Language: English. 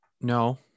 No